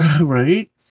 Right